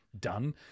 done